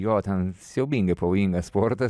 jo ten siaubingai pavojingas sportas